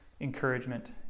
encouragement